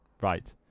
Right